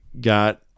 got